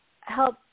help